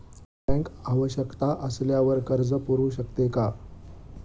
Bank आवश्यकता असल्यावर कर्ज पुरवू शकते का?